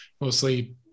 mostly